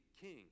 king